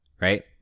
right